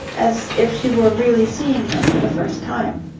as if she were really seeing him for the first time.